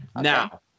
Now